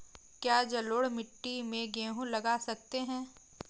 क्या जलोढ़ मिट्टी में गेहूँ लगा सकते हैं?